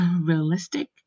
realistic